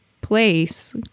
place